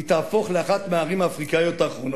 היא תהפוך לאחת מהערים האפריקניות האחרונות,